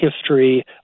history